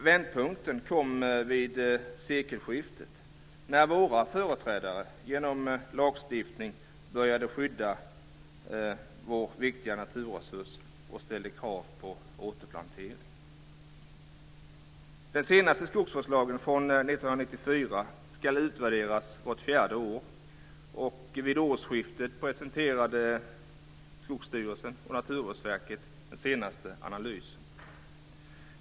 Vändpunkten kom vid sekelskiftet när våra företrädare genom lagstiftning började att skydda vår viktiga naturresurs och ställde krav på återplantering. Den senaste skogsvårdslagen från 1994 ska utvärderas vart fjärde år, och vid årsskiftet presenterade Skogsstyrelsen och Naturvårdsverket den senaste analysen.